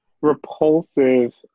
repulsive